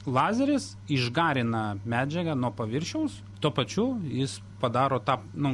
lazeris išgarina medžiagą nuo paviršiaus tuo pačiu jis padaro tą nu